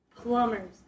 plumbers